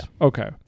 Okay